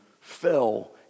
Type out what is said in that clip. fell